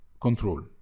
control